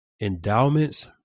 endowments